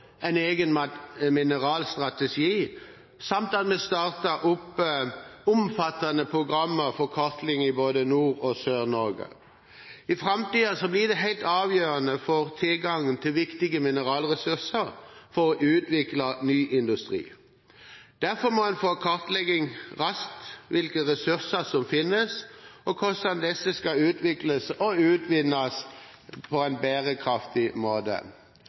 en egen mineralstrategi samt at vi startet opp omfattende programmer for kartlegging i både Nord- og Sør-Norge. I framtiden blir det helt avgjørende å få tilgang til viktige mineralressurser for å utvikle ny industri. Derfor må en raskt få kartlagt hvilke ressurser som finnes, og hvordan disse kan utvikles og utvinnes på en bærekraftig måte.